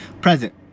present